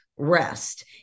rest